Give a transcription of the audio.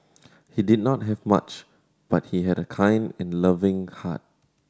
he did not have much but he had a kind and loving heart